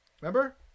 Remember